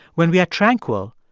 when we are tranquil,